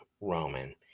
Roman